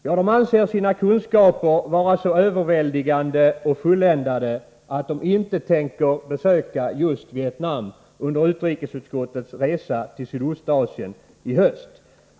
Ja, de anser sina kunskaper vara så överväldigande och fulländade att de inte tänker besöka just Vietnam under utrikesutskottets resa till Sydostasien i höst.